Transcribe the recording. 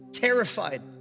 terrified